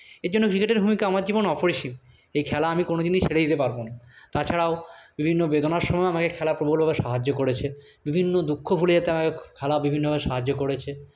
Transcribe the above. এরজন্য ক্রিকেটের ভূমিকা আমার জীবনে অপরিসীম এই খেলা আমি কোনদিনই ছেড়ে দিতে পারবো না তাছাড়াও বিভিন্ন বেদনার সময়ও আমাকে খেলা প্রবলভাবে সাহায্য করেছে বিভিন্ন দুঃখ ভুলে যেতে খেলা বিভিন্নভাবে সাহায্য করেছে